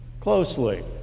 closely